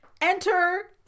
Enter